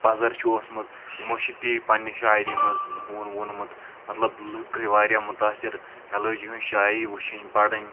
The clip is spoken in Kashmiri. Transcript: پزر چھُ اوسمُت یِمو چھِ تی پننہِ شاعری منٛز ووٚنمُت مطلب لُکھ گٔیے واریاہ مُتاثر مےٚ لٔج یِہٕنٛز شاعری وٕچھِنۍ پڑٕنۍ